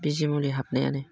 बिजि मुलि हाबनायानो